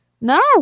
No